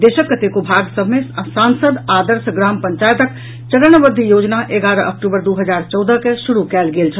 देशक कतेको भाग सभ मे सांसद आदर्श ग्राम पंचायतक चरणवद्व योजना एगारह अक्टूबर दू हजार चौदह के शुरू कयल गेल छल